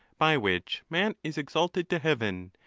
by which man is exalted to heaven,